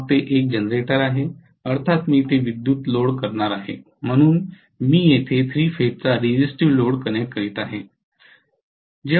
मग ते एक जनरेटर आहे अर्थात मी ते विद्युत लोड करणार आहे म्हणून मी येथे 3 फेजचा रेझिस्टिव्ह लोड कनेक्ट करीत आहे